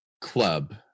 club